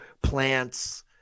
plants